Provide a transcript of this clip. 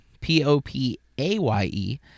p-o-p-a-y-e